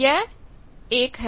यह l है